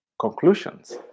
conclusions